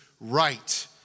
right